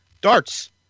darts